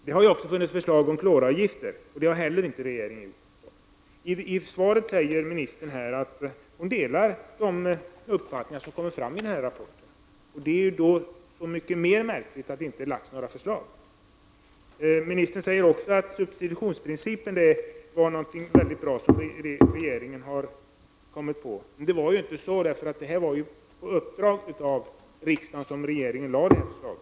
Det har också kommit förslag om kloravgifter, men det har regeringen inte heller gjort någonting åt. I svaret säger ministern att hon delar de uppfattningar som kommer fram i rapporten, och det är då så mycket mer märkligt att det inte läggs fram några förslag. Ministern säger att substitutionsprincipen är mycket bra och att det var regeringen som kom på den. Så var det inte, utan det var på uppdrag av riksdagen som regeringen lade fram det förslaget.